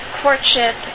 courtship